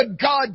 God